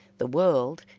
the world,